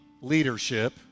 leadership